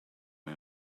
mae